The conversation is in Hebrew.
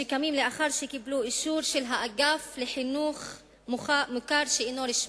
שקמו לאחר שקיבלו אישור מהאגף לחינוך מוכר שאינו רשמי.